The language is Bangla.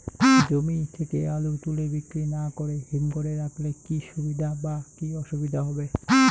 জমি থেকে আলু তুলে বিক্রি না করে হিমঘরে রাখলে কী সুবিধা বা কী অসুবিধা হবে?